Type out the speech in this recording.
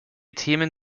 themen